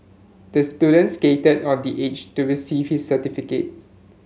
the student skated on the age to receive his certificate